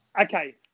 Okay